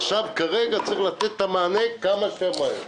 עכשיו צריך לתת את המענה כמה שיותר מהר.